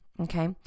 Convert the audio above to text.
okay